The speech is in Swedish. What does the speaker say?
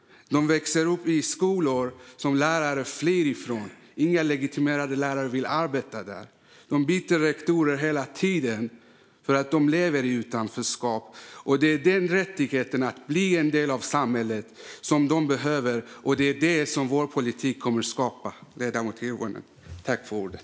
De går i skolor som lärare flyr från - inga legitimerade lärare vill arbeta där. Deras rektorer byts ut hela tiden, för de lever i utanförskap. Det är rättigheten att bli en del av samhället som de behöver, och det är detta vår politik kommer att skapa, ledamoten Hirvonen.